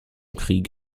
krieg